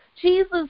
Jesus